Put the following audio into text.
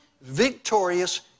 victorious